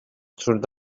through